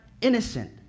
innocent